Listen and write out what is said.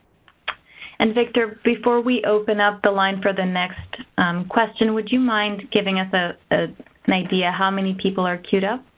and victor, before we open up the line for the next question, would you mind giving us ah an idea how many people are queued up?